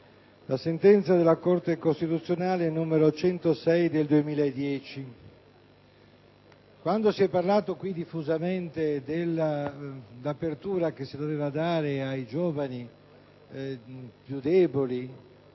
la sentenza della Corte costituzionale n. 106 del 2010. Si è parlato qui diffusamente dell'apertura che si doveva dare ai giovani più deboli,